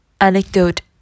anecdote